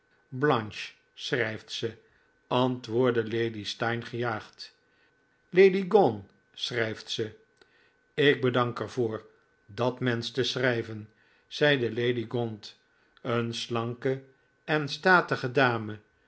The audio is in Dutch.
blanche schrijft ze antwoordde lady steyne gejaagd lady gaunt schrijft ze ik bedank er voor dat mensch te schrijven zeide lady gaunt een slanke en statige dame